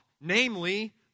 Namely